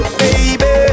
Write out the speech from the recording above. baby